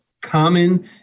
common